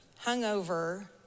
hungover